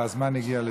הזמן הגיע לסיום.